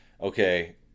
okay